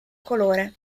colore